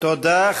תודה.